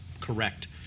correct